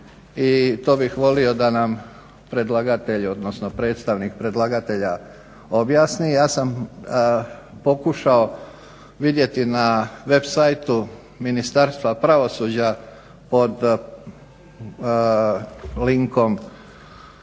i to bih volio da nam predlagatelj, odnosno predstavnik predlagatelja objasni. Ja sam pokušao vidjeti na web siteu Ministarstva pravosuđa pod linkom